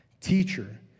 teacher